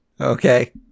Okay